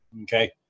Okay